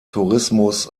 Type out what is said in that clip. tourismus